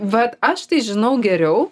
vat aš tai žinau geriau